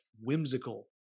whimsical